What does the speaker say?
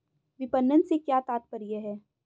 विपणन से क्या तात्पर्य है?